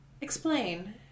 Explain